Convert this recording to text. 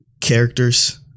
characters